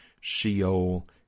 sheol